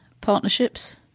partnerships